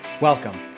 Welcome